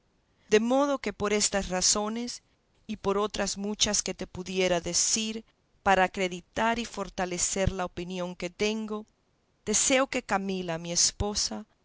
de modo que por estas razones y por otras muchas que te pudiera decir para acreditar y fortalecer la opinión que tengo deseo que camila mi esposa